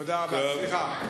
תודה רבה.